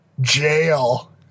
jail